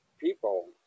people